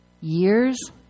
years